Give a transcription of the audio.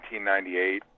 1998